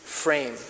frame